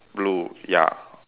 blue ya